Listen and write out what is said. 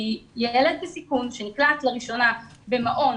ילד בסיכון שנקלט לראשונה במעון